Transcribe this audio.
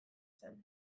zen